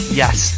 yes